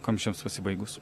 kamščiams pasibaigus